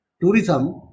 tourism